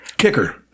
kicker